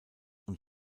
und